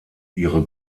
ihre